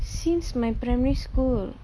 since my primary school